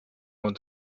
want